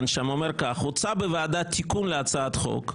בו אומר: "הוצע בוועדה תיקון להצעת חוק,